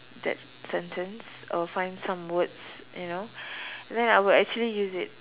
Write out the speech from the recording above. that sentence or find some words you know then I will actually use it